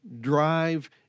drive